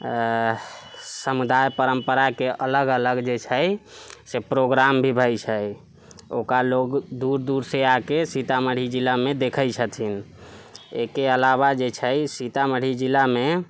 समुदाय परम्पराके अलग अलग जे छै से प्रोग्राम भी भए छै ओकरा लोग दूर दूर से आके सीतामढ़ी जिलामे देखैत छथिन एकर अलावा जे छै सीतामढ़ी जिलामे